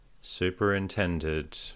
superintended